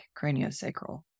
craniosacral